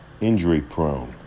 injury-prone